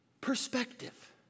perspective